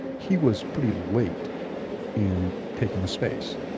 he was pretty late in taking the space,